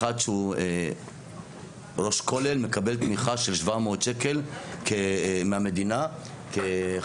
אחד שהוא ראש כולל מקבל תמיכה של 700 שקל מהמדינה מהכולל.